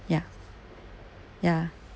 ya ya